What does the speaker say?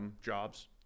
jobs